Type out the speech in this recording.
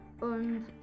und